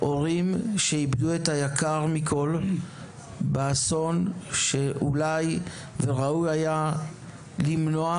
הורים שאיבדו את היקר מכל באסון שראוי היה למנוע,